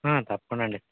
తప్పకుండా అండి